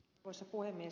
arvoisa puhemies